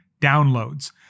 downloads